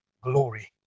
glory